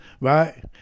right